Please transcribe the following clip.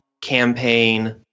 campaign